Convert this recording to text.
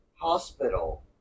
Hospital